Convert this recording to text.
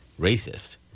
racist